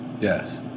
Yes